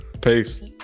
Peace